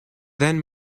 then